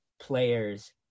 players